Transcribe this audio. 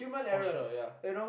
for sure ya